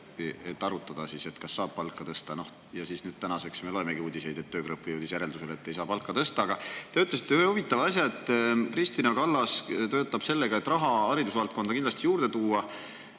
et arutada, kas saab palka tõsta. Ja tänaseks me loemegi uudiseid, et töögrupp jõudis järeldusele, et ei saa palka tõsta. Aga te ütlesite ühe huvitava asja: Kristina Kallas töötab selle nimel, et raha haridusvaldkonda kindlasti juurde tuua.